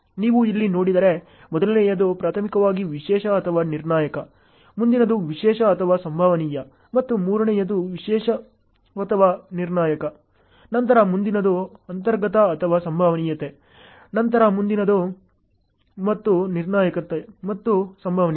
ನೀವು ಇಲ್ಲಿ ನೋಡಿದರೆ ಮೊದಲನೆಯದು ಪ್ರಾಥಮಿಕವಾಗಿ ವಿಶೇಷ ಅಥವಾ ನಿರ್ಣಾಯಕ ಮುಂದಿನದು ವಿಶೇಷ ಅಥವಾ ಸಂಭವನೀಯ ಮತ್ತು ಮೂರನೆಯದು ವಿಶೇಷ ಅಥವಾ ನಿರ್ಣಾಯಕ ನಂತರ ಮುಂದಿನದು ಅಂತರ್ಗತ ಅಥವಾ ಸಂಭವನೀಯತೆ ನಂತರ ಮುಂದಿನದು ಮತ್ತು ನಿರ್ಣಾಯಕ ಮತ್ತು ಸಂಭವನೀಯ